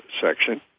section